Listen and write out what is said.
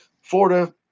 Florida